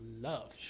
love